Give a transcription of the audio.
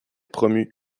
promu